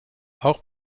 auch